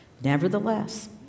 Nevertheless